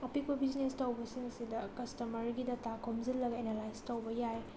ꯑꯄꯤꯛꯄ ꯕꯤꯖꯤꯅꯦꯖ ꯇꯧꯕꯁꯤꯡꯁꯤꯗ ꯀꯁꯇꯃꯔꯒꯤ ꯗꯇꯥ ꯈꯣꯝꯖꯤꯜꯂꯒ ꯑꯦꯅꯂꯥꯏꯖ ꯇꯧꯕ ꯌꯥꯏ